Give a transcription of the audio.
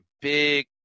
big